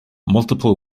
multiple